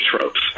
tropes